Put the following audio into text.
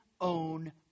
own